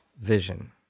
vision